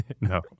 No